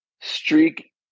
streak